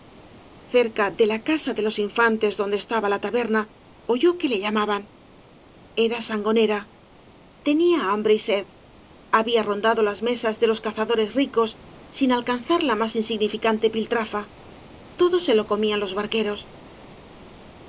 cerca de la casa de los infantes donde estaba la taberna oyó que le llamaban era sangonera tenía hambre y sed había rondado las mesas de los cazadores ricos sin alcanzar las más insignigañas y barro ficante piltrafa todo se lo comían loa barqueros